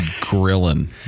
grilling